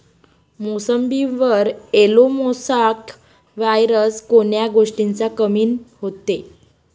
मोसंबीवर yellow mosaic virus कोन्या गोष्टीच्या कमीनं होते?